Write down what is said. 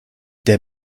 der